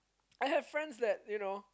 I have friend that you know